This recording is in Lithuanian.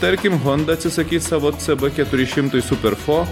tarkim honda atsisakys savo cb keturi šimtai super fo